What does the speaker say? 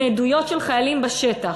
מעדויות של חיילים בשטח.